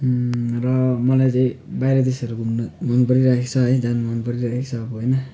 र मलाई चाहिँ बाहिर देशहरू घुम्न मन परिरहेको छ है जान मन परिरहेको छ अब होइन